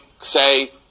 say